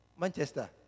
Manchester